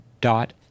dot